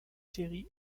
séries